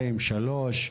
שניים, שלוש.